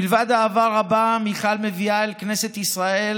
מלבד אהבה רבה מיכל מביאה אל כנסת ישראל